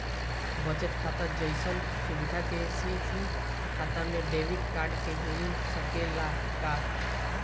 बचत खाता जइसन सुविधा के.सी.सी खाता में डेबिट कार्ड के मिल सकेला का?